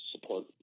support